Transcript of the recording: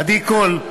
עדי קול,